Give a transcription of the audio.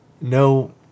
no